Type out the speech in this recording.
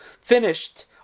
finished